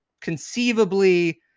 conceivably